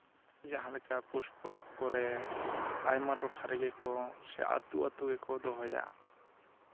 ᱡᱟᱦᱟᱸ ᱞᱮᱠᱟ ᱯᱩᱥ ᱯᱚᱨᱚᱵᱽ ᱠᱚᱨᱮ ᱟᱭᱢᱟ ᱴᱚᱴᱷᱟ ᱨᱮᱜᱮ ᱠᱚ ᱟᱛᱳ ᱟᱛᱳ ᱜᱮᱠᱚ ᱫᱚᱦᱚᱭᱟ